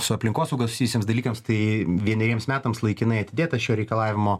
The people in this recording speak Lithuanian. su aplinkosauga susijusiems dalykams tai vieneriems metams laikinai atidėtas šio reikalavimo